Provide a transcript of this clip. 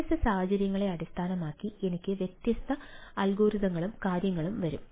വ്യത്യസ്ത സാഹചര്യങ്ങളെ അടിസ്ഥാനമാക്കി എനിക്ക് വ്യത്യസ്ത അൽഗോരിത കാര്യങ്ങളും വരും